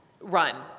Run